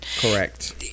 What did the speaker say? Correct